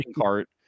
cart